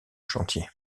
chantier